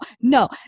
no